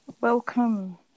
welcome